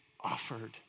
offered